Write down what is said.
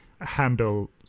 handle